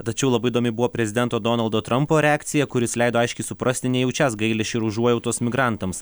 tačiau labai įdomi buvo prezidento donaldo trampo reakcija kuris leido aiškiai suprasti nejaučiąs gailesčio ir užuojautos migrantams